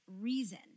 reason